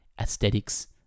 aesthetics